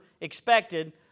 expected